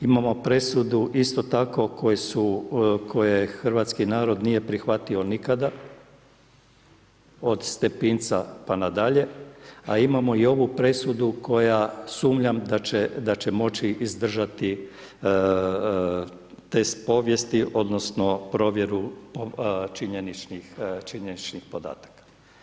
Imamo presudu isto tako koje hrvatski narod nije prihvatio nikada od Stepinca pa nadalje, a imamo i ovu presudu koja sumnjam da će moći izdržati test povijesti odnosno provjeru činjeničnih podataka.